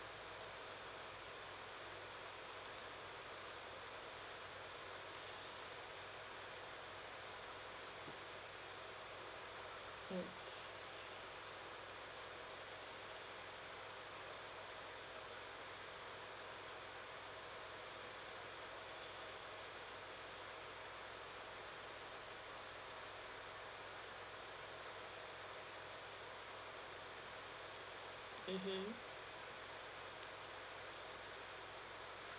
mm mmhmm